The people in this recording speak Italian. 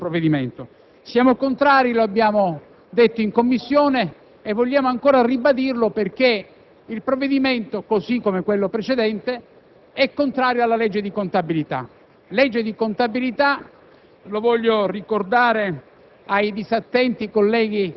contrari a che il Senato continui a discutere di questo provvedimento. Siamo contrari, lo abbiamo detto in Commissione e vogliamo ribadirlo anche in questa sede, perché il provvedimento, così come quello precedente, è contrario alla legge di contabilità.